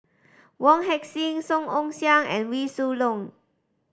Wong Heck Sing Song Ong Siang and Wee Shoo Leong